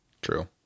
True